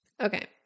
Okay